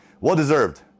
Well-deserved